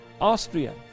Austria